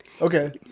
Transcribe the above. Okay